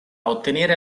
ottenere